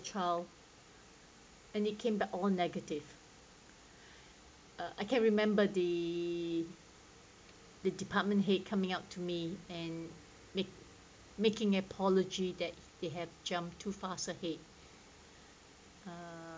child and it came back all negative uh I can remember the the department head coming up to me and make making apology that they have jumped too fast ahead uh